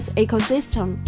ecosystem